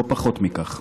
לא פחות מכך.